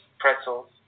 pretzels